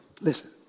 Listen